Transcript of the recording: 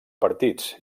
partits